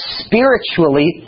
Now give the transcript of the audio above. spiritually